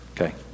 Okay